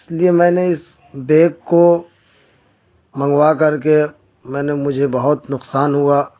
اس لیے میں نے اس بیگ کو منگوا کر کے میں نے مجھے بہت نقصان ہوا